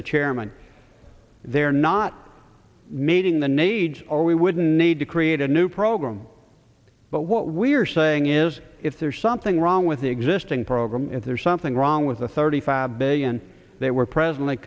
the chairman they're not meeting the needs or we would need to create a new program but what we're saying is if there's something wrong with the existing program is there something wrong with the thirty five billion they were presently